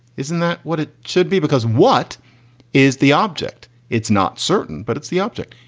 isn't that what it should be? because what is the object? it's not certain, but it's the object.